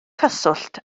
cyswllt